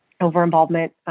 over-involvement